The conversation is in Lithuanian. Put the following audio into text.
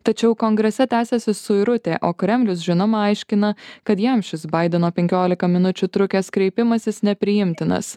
tačiau kongrese tęsiasi suirutė o kremlius žinoma aiškina kad jam šis baideno penkiolika minučių trukęs kreipimasis nepriimtinas